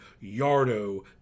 yardo